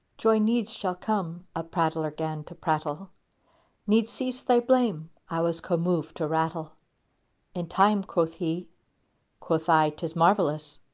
joy needs shall come, a prattler gan to prattle needs cease thy blame! i was commoved to rattle in time quoth he quoth i tis marvellous!